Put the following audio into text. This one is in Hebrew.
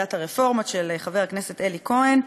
בוועדת הרפורמות של חבר הכנסת אלי כהן,